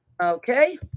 okay